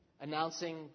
announcing